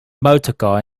motorcar